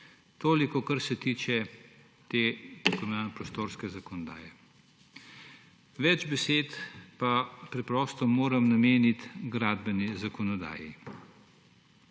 Toliko, kar se tiče te tako imenovane prostorske zakonodaje. Več besed pa preprosto moram nameniti gradbeni zakonodaji.